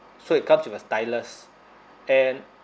so it comes with a stylus and